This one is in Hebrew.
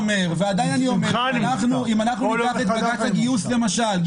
אומר --- קשה לי לשמוע דברים כאלה ממך.